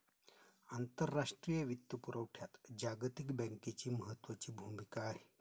आंतरराष्ट्रीय वित्तपुरवठ्यात जागतिक बँकेची महत्त्वाची भूमिका आहे